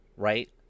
Right